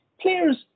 Players